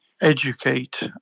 Educate